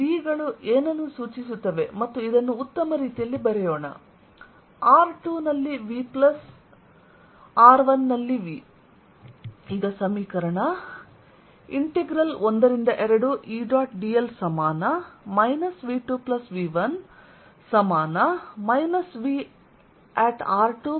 ಈ V ಗಳು ಏನನ್ನು ಸೂಚಿಸುತ್ತವೆ ಮತ್ತು ಇದನ್ನು ಉತ್ತಮ ರೀತಿಯಲ್ಲಿ ಬರೆಯೋಣ r2ನಲ್ಲಿ V ಪ್ಲಸ್ r1 ನಲ್ಲಿ V